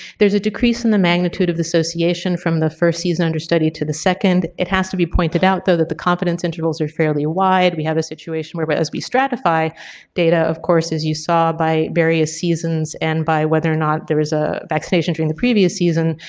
there's a decrease in the magnitude of association from the first season under study to the second. it has to be pointed out though that the confidence intervals are fairly wide. we have a situation where but as we stratify data of course as you saw by various seasons and by whether or not there is a vaccination during the previous season,